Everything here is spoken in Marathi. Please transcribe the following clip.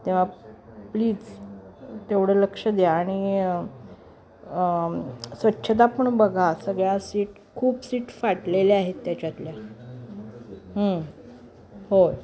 तेव्हा प्लीज तेवढं लक्ष द्या आणि स्वच्छता पण बघा सगळ्या सीट खूप सीट फाटलेल्या आहेत त्याच्यातल्या होय